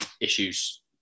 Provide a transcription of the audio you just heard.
issues